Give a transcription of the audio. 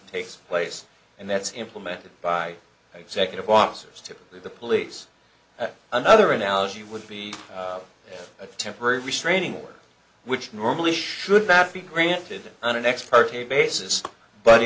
takes place and that's implemented by executive officers typically the police another analogy would be a temporary restraining order which normally should not be granted on an ex parte basis bu